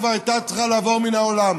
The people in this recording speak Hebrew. שכבר מזמן הייתה צריכה לעבור מהעולם.